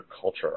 culture